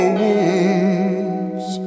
wounds